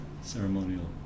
ceremonial